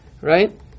right